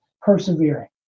persevering